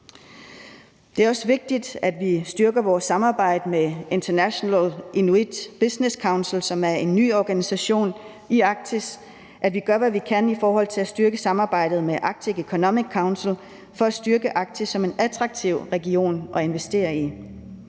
Det er også vigtigt, at vi styrker vores samarbejde med International Inuit Business Council, som er en ny organisation i Arktis, og at vi gør, hvad vi kan, for at styrke samarbejdet med Arctic Economic Council for at styrke Arktis som en attraktiv region at investere i.